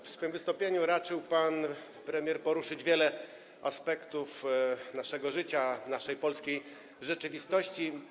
W swoim wystąpieniu raczył pan premier poruszyć wiele aspektów naszego życia, naszej polskiej rzeczywistości.